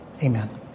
Amen